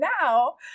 now